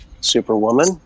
superwoman